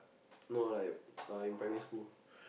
no like uh in primary school